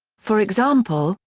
for example,